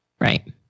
Right